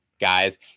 guys